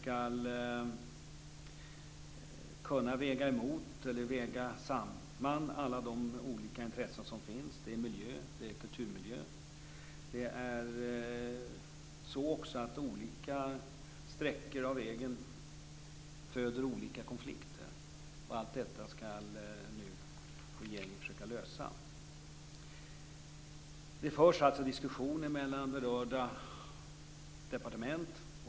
Man skall väga samman de olika intressen som finns. Det handlar om miljö och kulturmiljö. Olika sträckor av vägen föder också olika konflikter. Allt detta skall regeringen nu försöka lösa. Det förs alltså diskussioner mellan berörda departement.